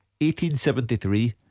1873